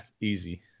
easy